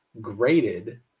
Graded